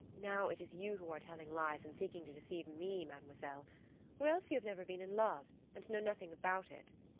now it is you who are telling lies and seeking to deceive me, mademoiselle or else you have never been in love, and know nothing about it.